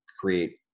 create